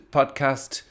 podcast